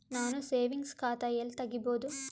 ನಾನು ಸೇವಿಂಗ್ಸ್ ಖಾತಾ ಎಲ್ಲಿ ತಗಿಬೋದು?